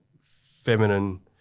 feminine –